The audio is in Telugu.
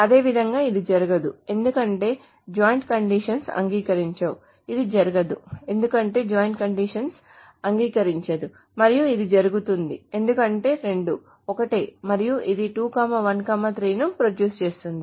అదేవిధంగా ఇది జరగదు ఎందుకంటే జాయింట్ కండీషన్స్ అంగీకరించవు ఇది జరగదు ఎందుకంటే జాయిన్ కండిషన్ అంగీకరించదు మరియు ఇది జరుగుతుంది ఎందుకంటే 2 ఒకటే మరియు ఇది 2 1 3 ను ప్రొడ్యూస్ చేస్తుంది